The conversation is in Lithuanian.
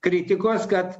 kritikos kad